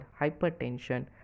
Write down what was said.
hypertension